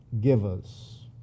givers